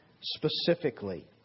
specifically